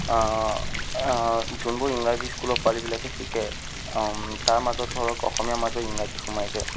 যোনবোৰ ইংৰাজী স্কুলৰ পোৱালিবিলাকে শিকে তাৰ মাজত ধৰক অসমীয়াৰ মাজত ইংৰাজী সোমাই যায়